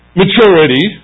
maturity